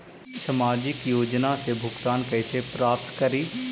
सामाजिक योजना से भुगतान कैसे प्राप्त करी?